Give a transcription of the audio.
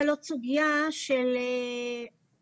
ואומרים לתושבים אנחנו פה כבר חמש שנים,